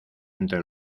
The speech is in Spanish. entre